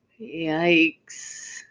Yikes